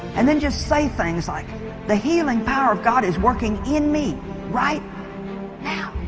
and then just say things like the healing power of god is working in me right now